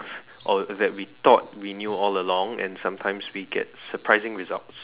or that we thought we knew all along and sometimes we get surprising results